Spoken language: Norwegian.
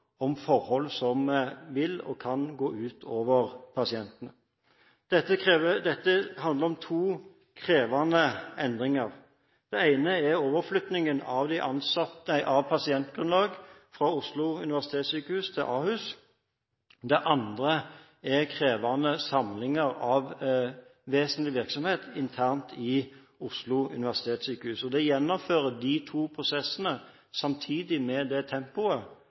om forhold som vil og kan gå ut over pasientene. Dette handler om to krevende endringer. Den ene er overflyttingen av pasientgrunnlag fra Oslo universitetssykehus til Ahus. Den andre er krevende samlinger av vesentlig virksomhet internt ved Oslo universitetssykehus. Å gjennomføre disse to prosessene samtidig, med det tempoet,